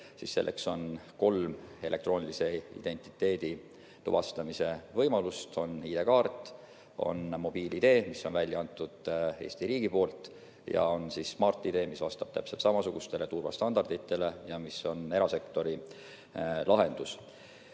Selleks on kolm elektroonilise identiteedi tuvastamise võimalust: ID‑kaart, mobiil‑ID, mis on välja antud Eesti riigi poolt, ja Smart‑ID, mis vastab täpselt samasugustele turvastandarditele ja mis on erasektori lahendus.